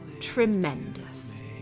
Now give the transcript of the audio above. tremendous